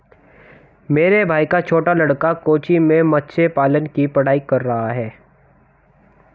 मेरे भाई का छोटा लड़का कोच्चि में मत्स्य पालन की पढ़ाई कर रहा है